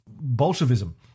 Bolshevism